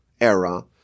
era